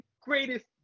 greatest